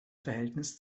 verhältnis